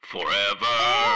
Forever